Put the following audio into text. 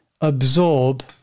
absorb